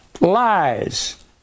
lies